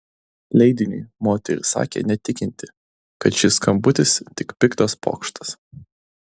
leidiniui moteris sakė netikinti kad šis skambutis tik piktas pokštas